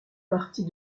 partie